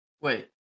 Wait